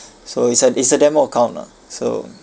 so it's a it's a demo account ah so